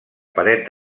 paret